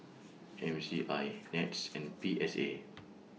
M C I Nets and P S A